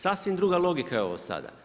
Sasvim druga logika je ovo sada.